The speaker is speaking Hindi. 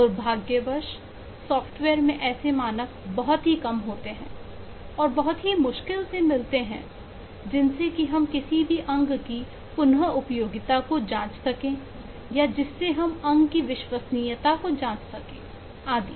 दुर्भाग्यवश सॉफ्टवेयर में ऐसे मानक बहुत ही कम होते हैं और बहुत ही मुश्किल से मिलते हैं जिनसे कि हम किसी भी अंग की पुनः उपयोगिता को जांच सकें या जिससे हम अंग की विश्वसनीयता को जांच सके आदि